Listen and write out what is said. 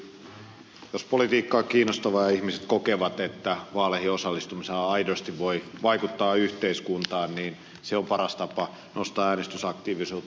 tietysti jos politiikka on kiinnostavaa ja ihmiset kokevat että vaaleihin osallistumisella aidosti voi vaikuttaa yhteiskuntaan se on paras tapa nostaa äänestysaktiivisuutta